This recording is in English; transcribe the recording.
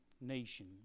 nation